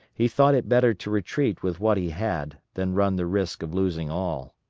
he thought it better to retreat with what he had, than run the risk of losing all.